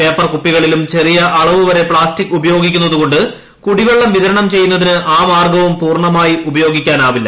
പേപ്പർകുപ്പികളിലും ചെറിയ അളവ് വരെ പ്ലാസ്റ്റിക് ഉപയോഗിക്കുന്നതുകൊണ്ട് കൂടിവെള്ളം വിതരണം ചെയ്യുന്നതിന് ആ മാർഗ്ഗവും പൂർണ്ണമായ ഉപയോഗിക്കാനാവില്ല